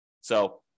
So-